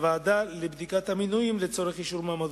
לוועדה לבדיקת מינויים לצורך אישור מועמדותו,